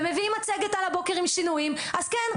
ומביאים מצגת על הבוקר עם שינויים אז כן: